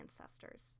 ancestors